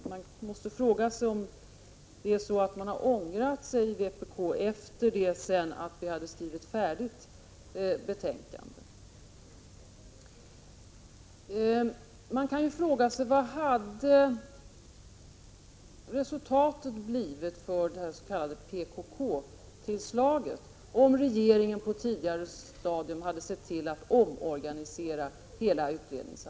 Man måste fråga sig om vpk har ångrat sig efter det att vi hade skrivit betänkandet färdigt. Man kan också fråga sig: Vad hade resultatet blivit när det gäller det s.k. PKK-tillslaget, om regeringen på ett tidigare stadium hade sett till att hela utredningsarbetet omorganiserats?